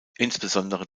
insbesondere